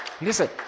Listen